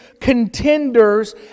Contenders